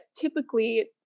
typically